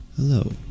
Hello